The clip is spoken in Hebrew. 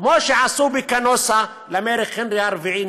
כמו שעשו בקנוסה למלך היינריך הרביעי,